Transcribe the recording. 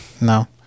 no